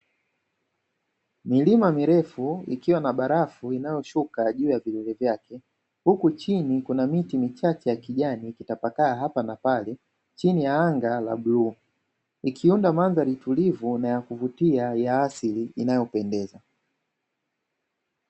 Milima mirefu ikiwa na barafu inayoshuka juu ya vilele vyake, huku chini kuna miti michache ya kijani ikitapakaa hapa na pale chini ya anga la bluu, ikiunda mandhari tulivu na ya kuvutia ya asili inayopendeza.